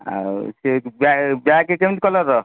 ଆଉ ସେ ବ୍ୟାଗ୍ କେମିତି କଲରର